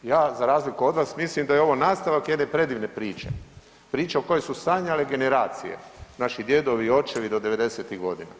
Ja za razliku od vas mislim da je ovo nastavak jedne predivne priče, priče o kojoj su sanjale generacije, naši djedovi i očevi do '90.-tih godina.